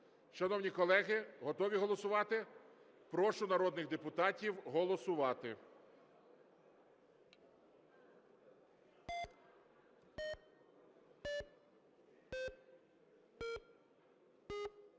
Шановні колеги, готові голосувати? Прошу народних депутатів голосувати.